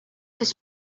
гэж